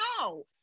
no